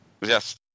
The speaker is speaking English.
Yes